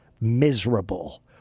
miserable